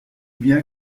bien